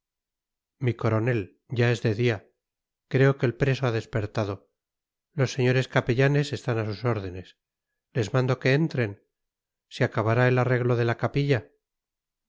mi coronel ya es de día creo que el preso ha despertado los señores capellanes están a sus órdenes les mando que entren se acabará el arreglo de la capilla